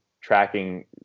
tracking